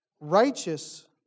righteous